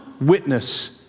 witness